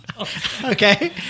Okay